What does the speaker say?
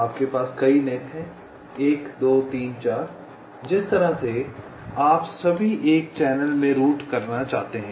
आपके पास कई नेट हैं 1 2 3 4 जिस तरह से आप सभी एक चैनल में रूट करना चाहते हैं